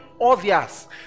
obvious